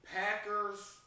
Packers